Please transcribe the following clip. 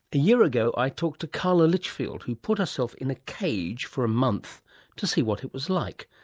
a year ago i talked to carla litchfield, who put herself in a cage for a month to see what it was like.